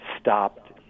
stopped